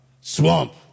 swamp